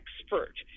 expert